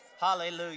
Hallelujah